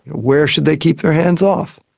where should they keep their hands off?